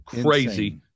crazy